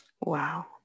Wow